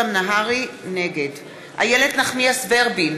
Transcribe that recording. נגד איילת נחמיאס ורבין,